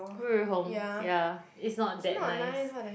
Ri-Hong yeah is not that nice